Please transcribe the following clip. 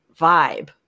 vibe